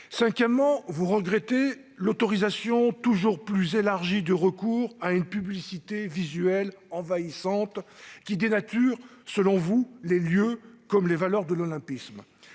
Quatrièmement, vous regrettez le recours toujours plus largement autorisé à une publicité visuelle envahissante, qui dénature selon vous les lieux comme les valeurs de l'olympisme.